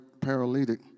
paralytic